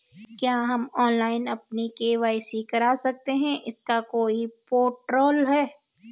क्या हम ऑनलाइन अपनी के.वाई.सी करा सकते हैं इसका कोई पोर्टल है?